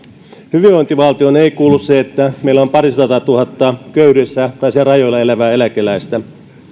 hyvinvointivaltioon ei kuulu se että meillä on parisataatuhatta köyhyydessä tai sen rajoilla elävää eläkeläistä